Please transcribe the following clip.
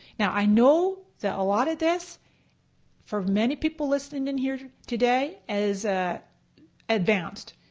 now i know that a lot of this for many people listening in here today is ah advanced.